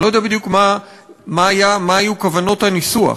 אני לא יודע בדיוק מה היו כוונות הניסוח,